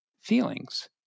feelings